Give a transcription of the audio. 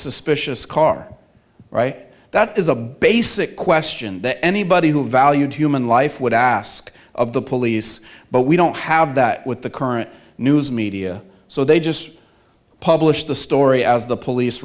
suspicious car that is a basic question that anybody who valued human life would ask of the police but we don't have that with the current news media so they just publish the story as the police